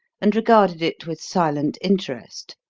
and regarded it with silent interest.